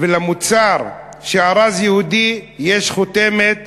ולמוצר שארז יהודי יש חותמת